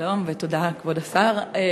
שלום, ותודה, כבוד השר.